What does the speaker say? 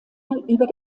über